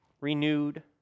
renewed